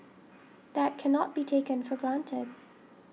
that cannot be taken for granted